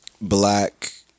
black